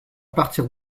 partir